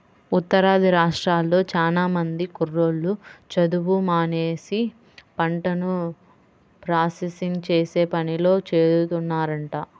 ఉత్తరాది రాష్ట్రాల్లో చానా మంది కుర్రోళ్ళు చదువు మానేసి పంటను ప్రాసెసింగ్ చేసే పనిలో చేరుతున్నారంట